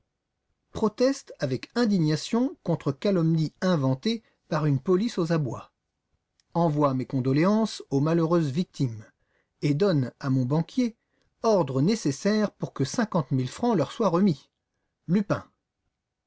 proteste avec indignation contre calomnie inventée par une police aux abois envoie mes condoléances aux malheureuses victimes et donne à mon banquier ordres nécessaires pour que cinquante mille francs leur soient remis lupin